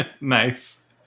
Nice